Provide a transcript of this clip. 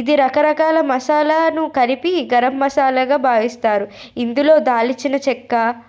ఇది రకరకాల మసాలను కలిపి గరం మసాలాగా భావిస్తారు ఇందులో దాల్చిన చెక్క